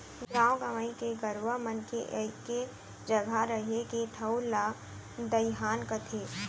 गॉंव गंवई के गरूवा मन के एके जघा रहें के ठउर ला दइहान कथें